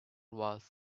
was